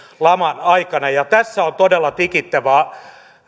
laman aikana ja tässä on todella tikittävä